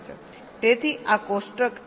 તેથી આ કોષ્ટક આ બતાવે છે